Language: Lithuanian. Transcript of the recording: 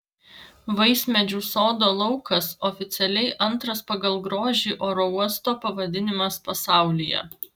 vaismedžių sodo laukas oficialiai antras pagal grožį oro uosto pavadinimas pasaulyje